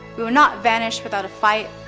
we will not vanish without a fight.